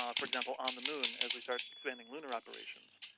um for example, on the moon, as we start expanding lunar operations.